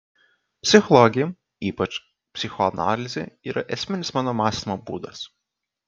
psichologija ypač psichoanalizė yra esminis mano mąstymo būdas